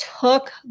took